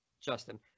Justin